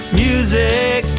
music